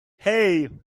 hey